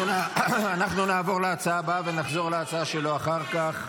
אנחנו נעבור להצעה הבאה ונחזור להצעה שלו אחר כך.